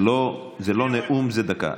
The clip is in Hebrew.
זה לא נאום, זה דקה.